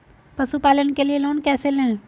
पशुपालन के लिए लोन कैसे लें?